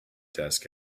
desk